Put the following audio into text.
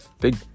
big